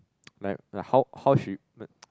like how how she